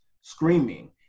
screaming